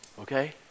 okay